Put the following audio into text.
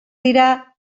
dira